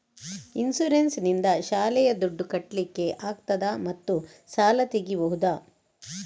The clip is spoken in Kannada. ಇನ್ಸೂರೆನ್ಸ್ ನಿಂದ ಶಾಲೆಯ ದುಡ್ದು ಕಟ್ಲಿಕ್ಕೆ ಆಗ್ತದಾ ಮತ್ತು ಸಾಲ ತೆಗಿಬಹುದಾ?